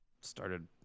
Started